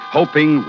Hoping